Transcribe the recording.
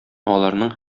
аларның